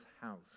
house